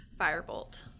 firebolt